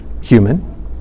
human